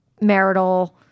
marital